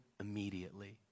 immediately